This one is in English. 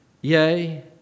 Yea